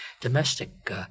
domestic